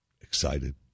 Excited